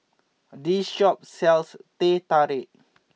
this shop sells Teh Tarik